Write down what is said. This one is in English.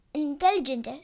intelligent